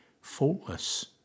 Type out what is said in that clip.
faultless